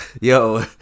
Yo